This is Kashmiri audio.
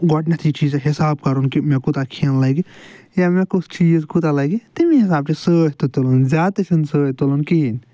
گۄڈنٮ۪تھٕے چھُ ژےٚ حساب کَرُن کہِ مےٚ کوٗتاہ کھٮ۪ن لگہِ یا مےٚ کُس چیٖز کوٗتاہ لگہِ تَمی حسابہٕ چھُ سۭتۍ تہِ تُلُن زیادٕ تہِ چھُ نہٕ سۭتۍ تُلن کہیٖنٛۍ